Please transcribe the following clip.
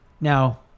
Now